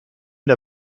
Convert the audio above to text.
der